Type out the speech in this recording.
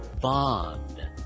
Bond